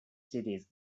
cities